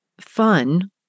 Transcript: fun